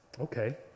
Okay